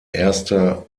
erster